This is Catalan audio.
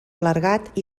clergat